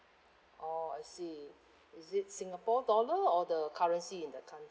oh I see is it singapore dollar or the currency in the coun~